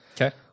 Okay